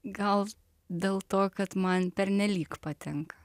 gal dėl to kad man pernelyg patinka